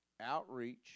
outreach